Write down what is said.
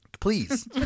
Please